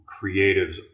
creatives